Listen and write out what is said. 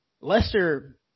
Lester